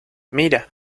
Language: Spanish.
mira